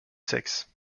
sexes